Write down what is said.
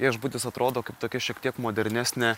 viešbutis atrodo kaip tokia šiek tiek modernesnė